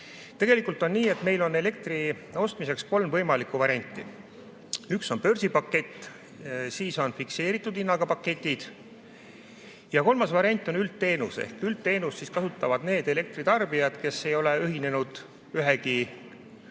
Tegelikult on nii, et meil on elektri ostmiseks kolm võimalikku varianti: üks on börsipakett, siis on fikseeritud hinnaga paketid ja kolmas variant on üldteenus. Üldteenust kasutavad need elektritarbijad, kes ei ole ühinenud ühegi